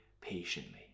patiently